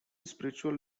spiritual